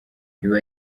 iba